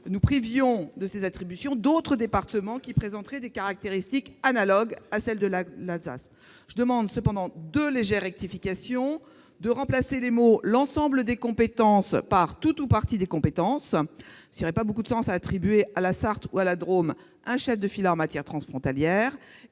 de priver de ces attributions d'autres départements qui présenteraient des caractéristiques analogues à celles de l'Alsace. Très bien ! Je demande néanmoins deux légères rectifications : remplacer les mots « l'ensemble des compétences » par les mots « tout ou partie des compétences », parce qu'il n'y aurait pas beaucoup de sens à attribuer à la Sarthe ou à la Drôme un chef de filât en matière transfrontalière